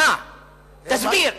תסביר.